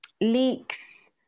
leaks